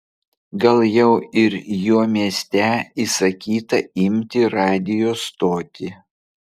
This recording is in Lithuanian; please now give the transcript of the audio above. gal jau ir jo mieste įsakyta imti radijo stotį